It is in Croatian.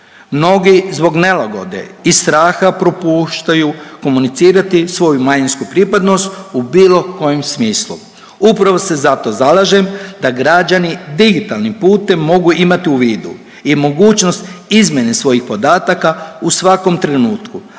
Mnogi zbog nelagode i straha propuštaju komunicirati svoju manjinsku pripadnost u bilo kojem smislu. Upravo se zato zalažem da građani digitalnim putem mogu imati u vidu i mogućnost izmjene svojih podataka u svakom trenutku,